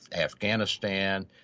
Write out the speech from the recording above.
Afghanistan